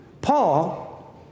Paul